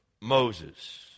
Moses